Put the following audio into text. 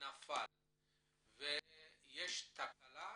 שנפל ויש תקלה,